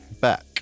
back